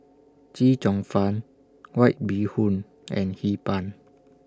Chee Cheong Fun White Bee Hoon and Hee Pan